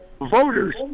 voters